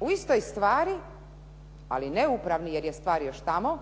u istoj stvari, ali neupravni jer je stvar još tamo,